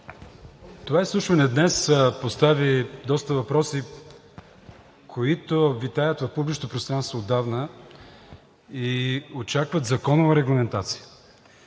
това изслушване днес постави доста въпроси, които витаят в публичното пространство отдавна и очакват законова регламентация.